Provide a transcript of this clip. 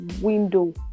window